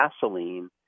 gasoline